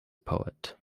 poet